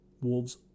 Wolves